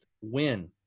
win